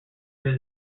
his